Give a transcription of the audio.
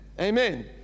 Amen